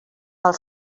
pel